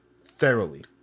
Thoroughly